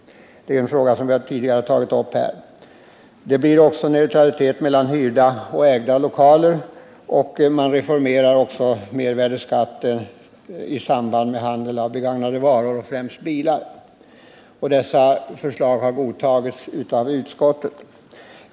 Den frågan har tidigare behandlats i riksdagen och det har varit ett starkt önskemål från personalens sida. Förslaget undanröjer den skillnad i mervärdeskattehänseende som föreligger mellan den som driver verksamhet i egna lokaler och den som driver verksamhet i hyrda lokaler. Vidare föreslås en reformering av mervärdeskatten på begagnade varor, främst bilar. Dessa förslag har godtagits av utskottet.